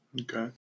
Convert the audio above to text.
Okay